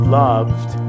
loved